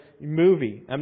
movie